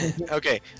okay